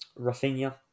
Rafinha